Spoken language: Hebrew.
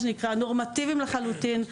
נורמטיביים לחלוטין.